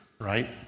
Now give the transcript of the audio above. right